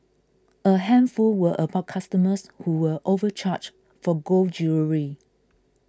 a handful were about customers who were overcharged for gold jewellery